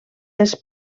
les